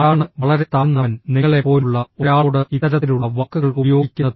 ആരാണ് വളരെ താഴ്ന്നവൻ നിങ്ങളെപ്പോലുള്ള ഒരാളോട് ഇത്തരത്തിലുള്ള വാക്കുകൾ ഉപയോഗിക്കുന്നത്